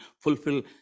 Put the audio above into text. fulfill